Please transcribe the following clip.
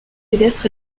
pédestre